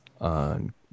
on